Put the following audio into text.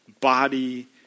body